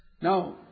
Now